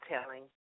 telling